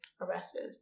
arrested